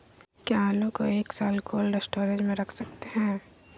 क्या आलू को एक साल कोल्ड स्टोरेज में रख सकते हैं?